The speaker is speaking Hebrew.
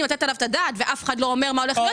לתת עליו את הדעת ואף אחד לא אומר מה הולך להיות